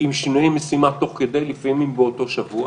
עם שינויי משימה תוך כדי, לפעמים באותו שבוע.